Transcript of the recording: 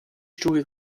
schuhe